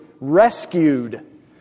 rescued